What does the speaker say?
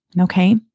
Okay